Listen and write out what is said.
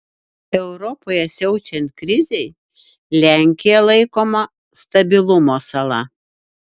europoje siaučiant krizei lenkija laikoma stabilumo sala